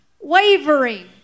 wavering